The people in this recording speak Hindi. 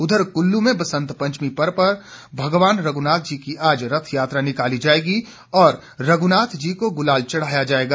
उधर कृल्लू में बसंत पंचमी पर्व पर भगवान रघ्नाथ जी की आज रथ यात्रा निकाली जाएगी और रघ्नाथ जी को गुलाल चढ़ाया जाएगा